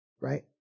right